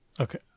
Okay